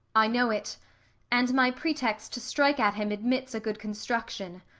i know it and my pretext to strike at him admits a good construction.